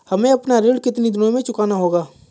हमें अपना ऋण कितनी दिनों में चुकाना होगा?